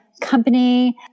Company